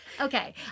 Okay